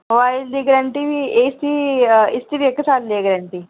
इसदी इक साले दी ग्रंटी